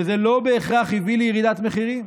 זה לא בהכרח הביא לירידת מחירים.